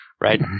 right